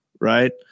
right